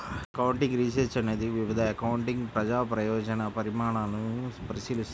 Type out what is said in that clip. accounting research అనేది వివిధ accounting ప్రజా ప్రయోజన పరిణామాలను పరిశీలిస్తుంది